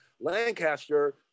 Lancaster